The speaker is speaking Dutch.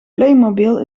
playmobil